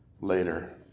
later